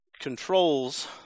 controls